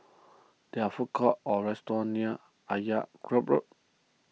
there are food courts or restaurants near Road